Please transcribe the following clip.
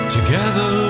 Together